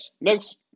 Next